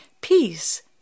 peace